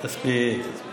תספיק, תספיק.